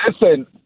Listen